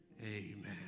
Amen